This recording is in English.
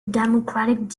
democratic